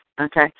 Okay